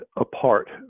apart